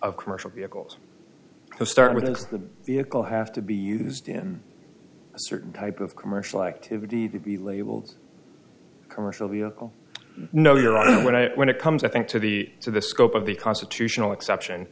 of commercial vehicles to start with the vehicle have to be used in a certain type of commercial activity to be labeled commercial vehicle no you're on when i when it comes i think to the so the scope of the constitutional exception